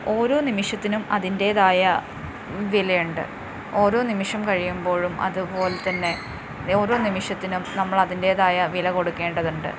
ഓരോ നിമിഷത്തിനും അതിൻ്റേതായ വിലയുണ്ട് ഓരോ നിമിഷം കഴിയുമ്പോഴും അതുപോലെതന്നെ ഓരോ നിമിഷത്തിനും നമ്മളതിൻ്റേതായ വില കൊടുക്കേണ്ടതുണ്ട്